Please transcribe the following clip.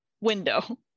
window